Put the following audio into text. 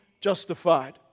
justified